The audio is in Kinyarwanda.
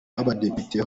w’abadepite